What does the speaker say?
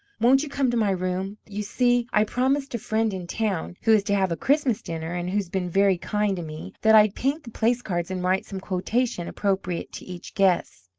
won't you come to my room? you see, i promised a friend in town, who is to have a christmas dinner, and who's been very kind to me, that i'd paint the place cards and write some quotation appropriate to each guest.